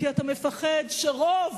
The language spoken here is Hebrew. כי אתה מפחד שרוב